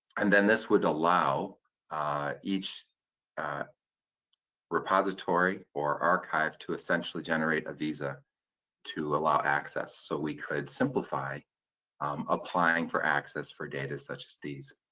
and then this would allow each repository or archive to essentially generate a visa to allow access so we could simplify applying for access for data such as these.